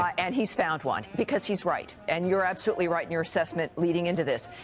ah and he's found one, because he's right. and you're absolutely right in your assessment leading into this.